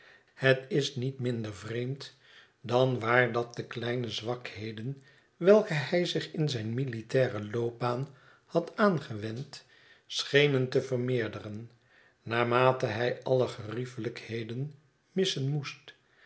het is niet minder vreemd dan waar dat de kleine zwakheden welke hij zich in zijn militaire loopbaan had aangewend schenen te vermeerderen naarmate hij alle geriefelijkheden missen moest